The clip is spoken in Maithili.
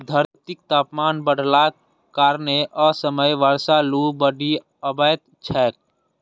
धरतीक तापमान बढ़लाक कारणें असमय बर्षा, लू, बाढ़ि अबैत छैक